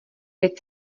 teď